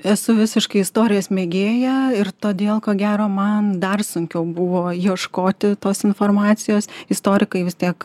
esu visiškai istorijos mėgėja ir todėl ko gero man dar sunkiau buvo ieškoti tos informacijos istorikai vis tiek